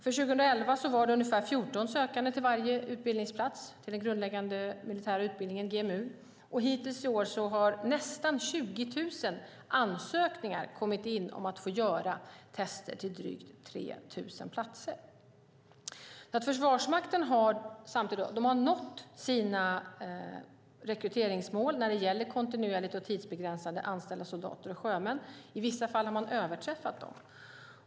För 2011 var det ungefär 14 sökande till varje utbildningsplats på den grundläggande militära utbildningen, GMU. Hittills i år har det kommit in nästan 20 000 ansökningar om att få göra tester till drygt 3 000 platser. Försvarsmakten har nått sina rekryteringsmål när det gäller kontinuerligt och tidsbegränsat anställda soldater och sjömän. I vissa fall har man överträffat dem.